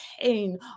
pain